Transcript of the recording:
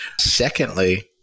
Secondly